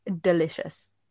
delicious